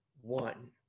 one